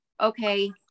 okay